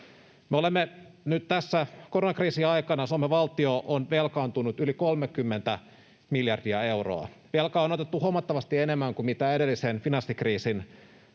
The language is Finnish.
eteenpäin. Nyt tässä koronakriisin aikana Suomen valtio on velkaantunut yli 30 miljardia euroa. Velkaa on otettu huomattavasti enemmän kuin edellisen finanssikriisin